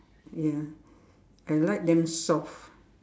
ya I like them soft